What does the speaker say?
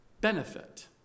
benefit